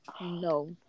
No